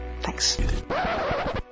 Thanks